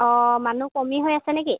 অঁ মানুহ কমি হৈ আছে নে কি